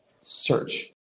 search